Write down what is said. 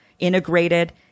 integrated